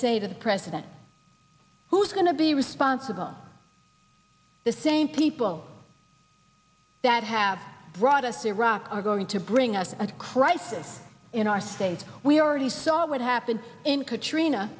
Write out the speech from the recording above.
say to the president who's going to be responsible the same people that have brought us to iraq are going to bring us a crisis yes in our state we already saw what happened in katrina